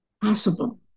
possible